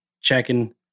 checking